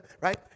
Right